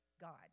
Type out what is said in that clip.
God